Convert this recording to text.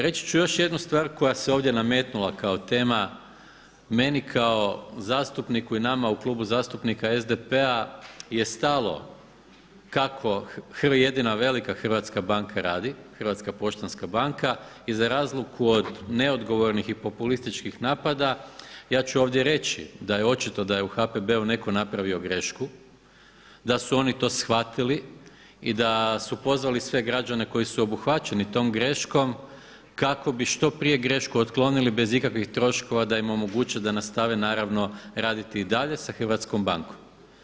Reći ću još jednu stvar koja se ovdje nametnula kao tema meni kao zastupniku i nama u Klubu zastupnika SDP-a je stalo kako jedina velika hrvatska banka radi – Hrvatska poštanska banka i za razliku od neodgovornih i populističkih napada ja ću ovdje reći da je očito da je u HPB-u netko napravio grešku, da su to oni shvatili i da su pozvali sve građane koji su obuhvaćeni tom greškom kako bi što prije grešku otklonili bez ikakvih troškova da im omoguće da nastave naravno raditi i dalje sa hrvatskom bankom.